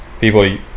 People